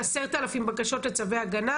10,000 בקשות לצווי הגנה,